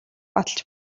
баталж